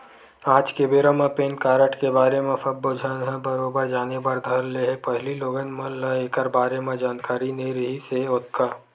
आज के बेरा म पेन कारड के बारे म सब्बो झन ह बरोबर जाने बर धर ले हे पहिली लोगन मन ल ऐखर बारे म जानकारी नइ रिहिस हे ओतका